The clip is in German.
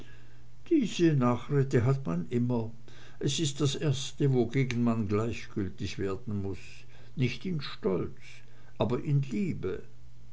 diese nachrede hat man immer es ist das erste wogegen man gleichgültig werden muß nicht in stolz aber in liebe